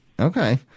Okay